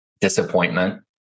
disappointment